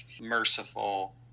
merciful